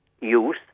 use